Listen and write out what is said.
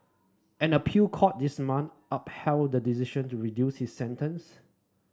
an appeal court this month upheld the decision to reduce his sentence